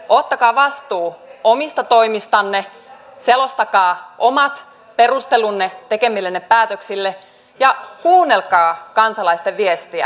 ottakaa vastuu omista toimistanne selostakaa omat perustelunne tekemillenne päätöksille ja kuunnelkaa kansalaisten viestiä